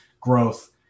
growth